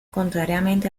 contrariamente